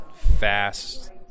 Fast